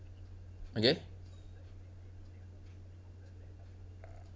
okay